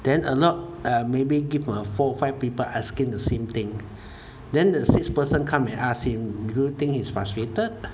then a lot ah maybe give me four or five people asking the same thing then the sixth person come and ask him do you think he's frustrated